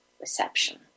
reception